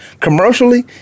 Commercially